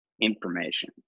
information